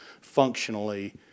functionally